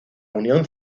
unión